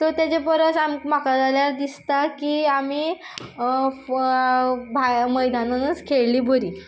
तर तेच्या परस म्हाका जाल्यार दिसता की आमी भायर मैदांनारूच खेळिल्लीं बरीं